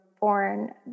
born